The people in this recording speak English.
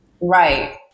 Right